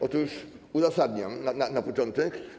Otóż uzasadnię go na początek.